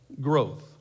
growth